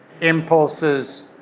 impulses